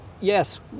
yes